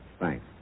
Thanks